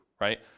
right